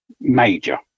major